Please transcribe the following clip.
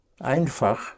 Einfach